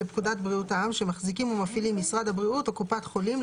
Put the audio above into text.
לפקודת בריאות העם שמחזיקים ומפעילים משרד הבריאות או קופת חולים,